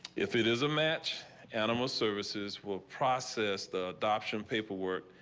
if it is a match animal services will process the adoption paperwork.